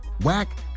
Whack